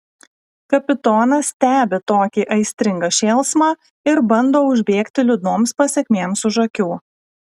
kapitonas stebi tokį aistringą šėlsmą ir bando užbėgti liūdnoms pasekmėms už akių